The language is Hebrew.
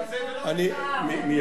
זה לא, מייד.